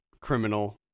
criminal